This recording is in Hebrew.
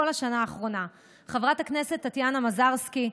השנה האחרונה: חברת הכנסת טטיאנה מזרסקי,